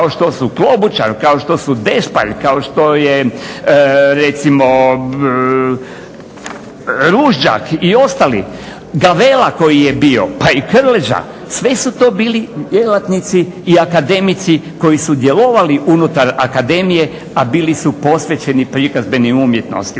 kao što su Klobučar, kao što su Dešpalj, kao što je recimo Ružđak i ostali, Gavela koji je bio, pa i Krleža, sve su to bili djelatnici i akademici koji su djelovali unutar akademije, a bili su posvećeni prikazbenim umjetnostima.